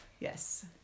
Yes